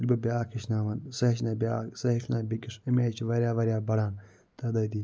ییٚلہِ بہٕ بیاکھ ہٮ۪چھناوَن سُہ ہٮ۪چھنایہِ بیاکھ سُہ ہٮ۪چھنایہِ بیٚکِس أمۍ آیہِ چھِ واریاہ واریاہ بڑان تعدادی